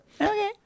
okay